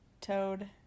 Toad